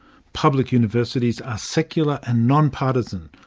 public universities are secular and non-partisan,